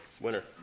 Winner